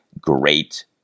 great